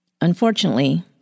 Unfortunately